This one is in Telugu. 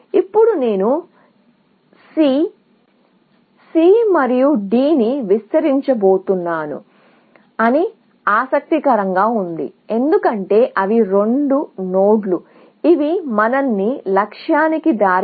ఇప్పుడు నేను C మరియు C నుండి Dని విస్తరించబోతున్నాను అని ఆసక్తి గా ఉంది ఎందుకంటే అవి రెండు నోడ్లు ఇవి ముఖ్యంగా మనల్ని లక్ష్యానికి దారి చూపుతాయి